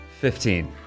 Fifteen